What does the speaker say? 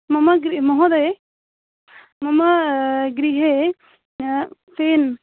मम गृ महोदय मम गृहे फ़ेन्